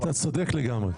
אתה צודק לגמרי.